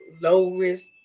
low-risk